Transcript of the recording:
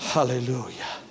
Hallelujah